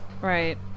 Right